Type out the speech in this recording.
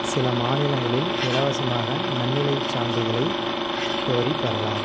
சில மாநிலங்களில் இலவசமாக நன்னிலைச் சான்றிதழை கோரிப் பெறலாம்